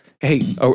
hey